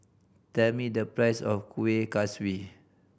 tell me the price of Kuih Kaswi